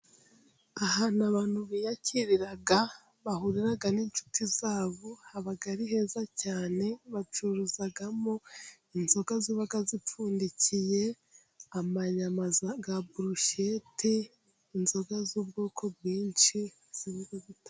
Ahantu abantu biyakirira, bahurira n'inshuti zabo ,haba ari heza cyane. Bacuruzamo inzoga ziba zipfundikiye , inyama za burusheti, inzoga z'ubwoko bwinshi zi...